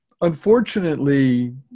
Unfortunately